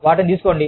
వాటిని తీసుకోండి